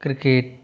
cricket